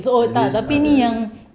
at least ada